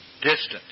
distant